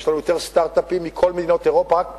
יש לנו יותר סטארט-אפים מכל מדינות אירופה,